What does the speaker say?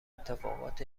اتفاقات